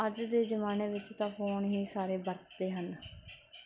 ਅੱਜ ਦੇ ਜ਼ਮਾਨੇ ਵਿੱਚ ਤਾਂ ਫੋਨ ਹੀ ਸਾਰੇ ਵਰਤਦੇ ਹਨ